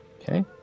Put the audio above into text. Okay